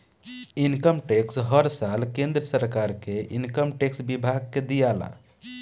income tax हर साल केंद्र सरकार के इनकम टैक्स विभाग के दियाला